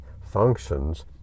functions